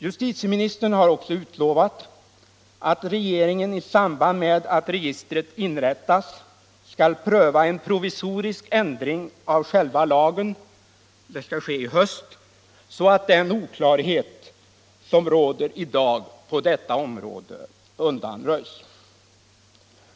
Justitieministern har också utlovat att regeringen i samband med att registret inrättas skall pröva en provisorisk ändring av själva lagen — det skall ske i höst — så att den oklarhet som finns i dag på detta område undanröjs.